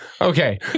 Okay